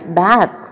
back